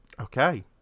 Okay